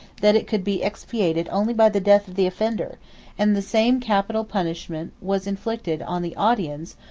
that it could be expiated only by the death of the offender and the same capital punishment was inflicted on the audians,